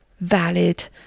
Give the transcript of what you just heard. valid